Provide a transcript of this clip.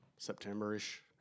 September-ish